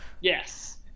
Yes